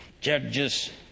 Judges